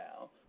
now